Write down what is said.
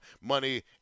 money